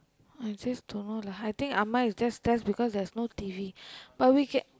I just don't know lah I think amma is just stress because there's no T_V but we can